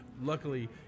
Luckily